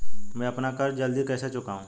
मैं अपना कर्ज जल्दी कैसे चुकाऊं?